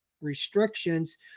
restrictions